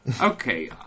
Okay